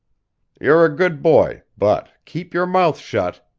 you're a good boy, but keep your mouth shut!